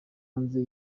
hanze